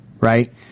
right